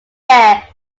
bear